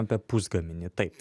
apie pusgaminį taip